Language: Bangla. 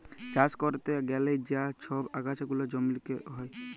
চাষ ক্যরতে গ্যালে যা ছব আগাছা গুলা জমিল্লে হ্যয়